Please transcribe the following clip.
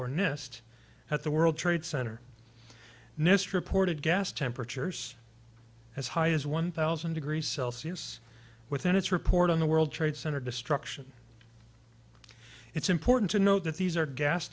nist at the world trade center nist reported gas temperatures as high as one thousand degrees celsius within its report on the world trade center destruction it's important to note that these are gas